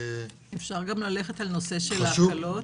אפשר גם ללכת על נושא של ההקלות?